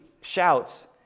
shouts